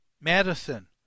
Madison